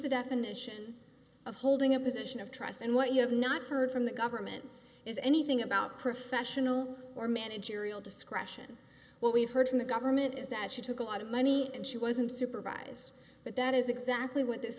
the definition of holding a position of trust and what you have not heard from the government is anything about professional or managerial discretion what we've heard from the government is that she took a lot of money and she wasn't supervised but that is exactly what this